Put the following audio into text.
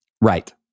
Right